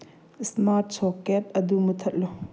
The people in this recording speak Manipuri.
ꯏꯁꯃꯥꯔꯠ ꯁꯣꯛꯀꯦꯠ ꯑꯗꯨ ꯃꯨꯊꯠꯂꯨ